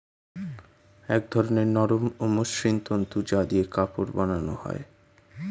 এক ধরনের নরম ও মসৃণ তন্তু যা দিয়ে কাপড় বানানো হয়